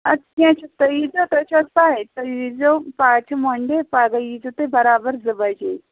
اَدٕ کیٚنٛہہ چھُنہٕ تُہۍ ییٖزیو تۄہہِ چھو حظ پَے تُہۍ ییٖزیو پَگاہ چھِ مَنٛڈے پَگاہ ییٖزیو تُہۍ برابر زٕ بَجے